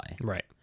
Right